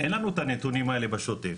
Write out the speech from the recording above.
אין לנו את הנתונים האלה בשוטף,